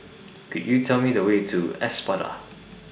Could YOU Tell Me The Way to Espada